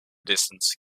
distance